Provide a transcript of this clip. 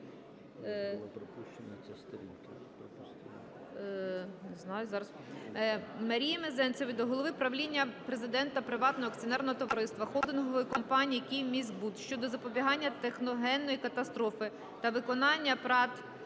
Марії Мезенцевої до голови правління-президента Приватного акціонерного товариства "Холдингової Компанії "Київміськбуд" щодо запобігання техногенної катастрофи, та виконання ПрАТ